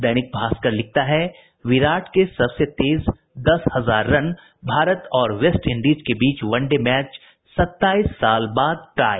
दैनिक भास्कर लिखता है विराट के सबसे तेज दस हजार रन भारत और वेस्टइंडीज के बीच वन डे मैच सत्ताईस साल बाद टाई